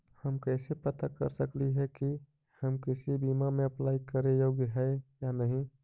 हम कैसे पता कर सकली हे की हम किसी बीमा में अप्लाई करे योग्य है या नही?